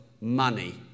money